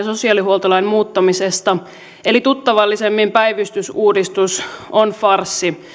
sosiaalihuoltolain muuttamisesta eli tuttavallisemmin päivystysuudistus on farssi